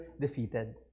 defeated